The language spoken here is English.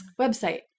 Website